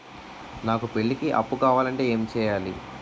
నాకు పెళ్లికి అప్పు కావాలంటే ఏం చేయాలి?